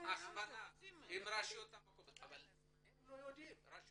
הכוונה --- לפני חודשיים היה --- אבל הרשויות המקומיות לא יודעות.